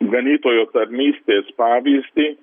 ganytojo tarnystės pavyzdį